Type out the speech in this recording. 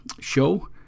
show